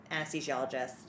anesthesiologist